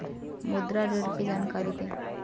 मुद्रा ऋण की जानकारी दें?